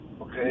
Okay